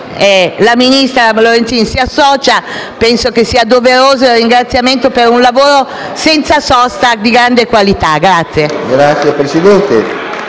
La ministra Lorenzin si associa. Penso che sia doveroso il ringraziamento per un lavoro senza sosta di grande qualità. *(Applausi